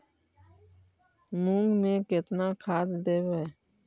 मुंग में केतना खाद देवे?